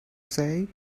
say